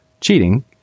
cheating